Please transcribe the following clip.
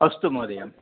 अस्तु महोदय